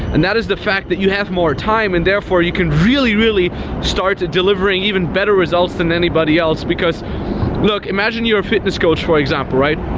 and that is the fact that you have more time and therefore you can really, really start to delivering even better results than anybody else. because look, imagine you are a fitness coach, for example, right?